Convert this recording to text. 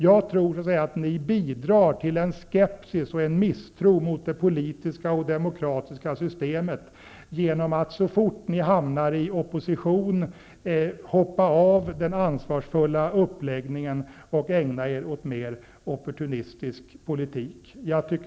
Jag tror att ni bidrar till en skepsis och en misstro mot det politiska och demokratiska systemet genom att så snart som ni hamnar i opposition hoppa av från den ansvarsfulla uppläggningen och ägna er åt mer opportunistisk politik.